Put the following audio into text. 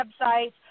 websites